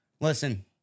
Listen